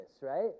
right